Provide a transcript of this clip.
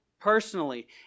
personally